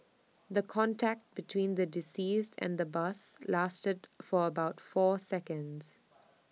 the contact between the deceased and the bus lasted for about four seconds